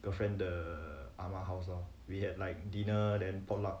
girlfriend 的 ah ma house lor we had like dinner then potluck